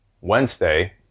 Wednesday